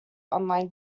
online